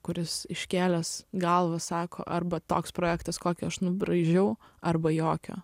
kuris iškėlęs galvą sako arba toks projektas kokį aš nubraižiau arba jokio